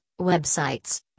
websites